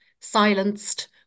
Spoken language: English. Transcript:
silenced